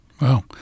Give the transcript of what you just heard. Wow